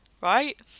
right